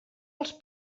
els